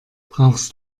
brauchst